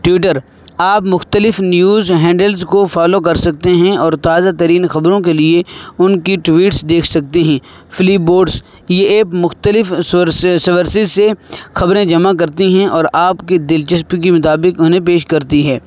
Twitter آپ مختلف news handles کو فالو کر سکتے ہیں اور تازہ ترین خبروں کے لیے ان کی ٹویٹس دیکھ سکتے ہیں فلپ بورڈس یہ ایپ مختلف سورسز سورسز سے خبریں جمع کرتی ہیں اور آپ کی دلچسپی کے مطابق انہیں پیش کرتی ہے